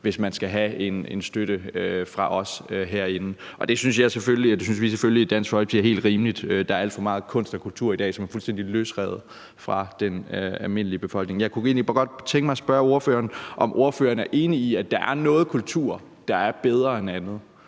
hvis man skal have en støtte fra os herinde. Det synes vi selvfølgelig i Dansk Folkeparti er helt rimeligt. Der er alt for meget kunst og kultur i dag, som er fuldstændig løsrevet fra den almindelige befolkning. Jeg kunne egentlig godt tænke mig at spørge ordføreren, om ordføreren er enig i, at der er noget kultur, der er bedre end andet,